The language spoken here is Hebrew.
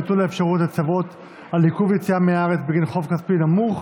ביטול האפשרות לצוות על עיכוב יציאה מהארץ בגין חוב כספי נמוך),